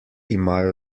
imajo